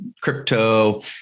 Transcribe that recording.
crypto